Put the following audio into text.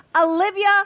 Olivia